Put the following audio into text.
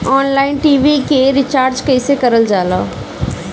Online TV के recharge कईसे करल जाला?